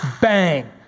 bang